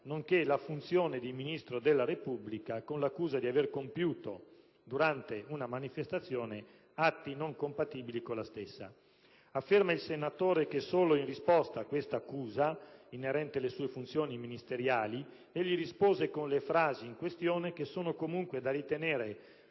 nonché la funzione di Ministro della Repubblica, con l'accusa di aver compiuto, durante una manifestazione, atti non compatibili con la stessa. Afferma il senatore che solo in risposta a questa accusa, inerente le sue funzioni ministeriali, egli pronunciò le frasi in questione, che erano comunque da ritenere